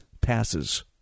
passes